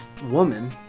Woman